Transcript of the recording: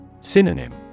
Synonym